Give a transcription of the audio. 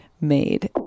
made